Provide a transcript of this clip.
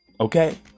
Okay